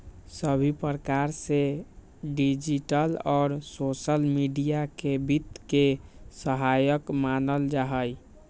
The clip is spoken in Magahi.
सभी प्रकार से डिजिटल और सोसल मीडिया के वित्त के सहायक मानल जाहई